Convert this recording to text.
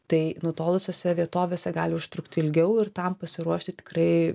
tai nutolusiose vietovėse gali užtrukti ilgiau ir tam pasiruošti tikrai